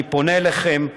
אני פונה אליכם,